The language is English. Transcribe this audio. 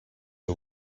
are